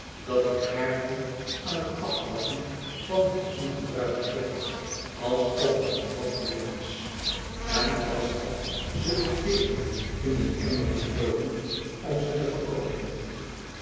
dat ik haar vond aan het aftappen van het ongebruikte bed alsof het een vat bier was en als dat ze de veeren in een emmer liet loopen om ze te verkoopen